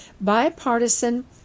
bipartisan